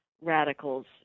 radicals